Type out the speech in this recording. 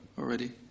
Already